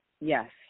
Yes